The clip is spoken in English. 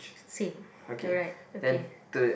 same alright okay